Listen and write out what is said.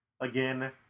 again